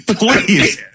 please